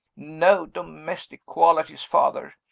no domestic qualities, father.